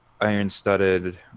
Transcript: iron-studded